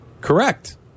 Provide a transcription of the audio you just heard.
Correct